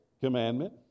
commandment